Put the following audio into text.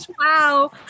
wow